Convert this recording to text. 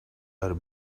are